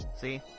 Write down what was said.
See